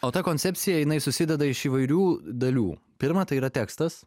o ta koncepcija jinai susideda iš įvairių dalių pirma tai yra tekstas